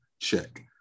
check